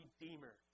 Redeemer